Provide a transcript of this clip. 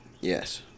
Yes